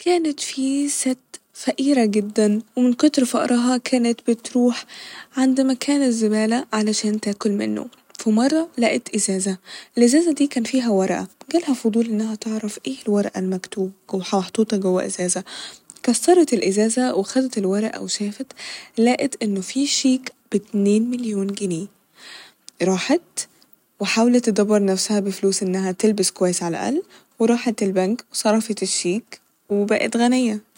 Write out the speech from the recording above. كانت في ست فقيرة جدا ومن كتر فقرها كانت بتروح عند مكان الزبالة علشان تاكل منه ، ف مرة لقت ازازة الإزازة دي كان فيها ورقة جالها فضول انها تعرف ايه الورقة المكتوب وحطوطة جوه ازازة كسرت الازازة وخدت الورقة وشافت لقت انه في شيك باتنين مليون جنيه راحت وحاولت تدبر نفسها بفلوس انها تلبس كويس ع الأقل وراحت البنك وصرفت الشيك وبقت غنية